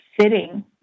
sitting